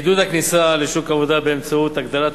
עידוד הכניסה לשוק העבודה באמצעות הגדלת